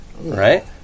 Right